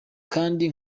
kandi